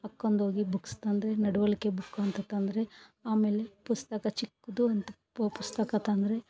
ಹಾಕ್ಕೊಂಡೋಗಿ books ತಂದು ನಡವಳಿಕೆ book ಅಂತ ತಂದ್ರಿ ಆಮೇಲೆ ಪುಸ್ತಕ ಚಿಕ್ಕದು ಅಂತ ಪೊ ಪುಸ್ತಕ ತಂದ್ರಿ